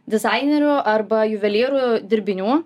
dizainerių arba juvelyrų dirbinių